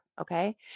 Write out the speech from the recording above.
Okay